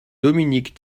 dominique